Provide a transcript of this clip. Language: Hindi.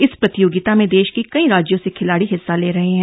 इस प्रतियोगिता में देश के कई राज्यों से खिलाड़ी हिस्सा ले रहे हैं